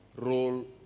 role